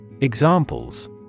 Examples